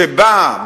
שבה,